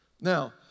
Now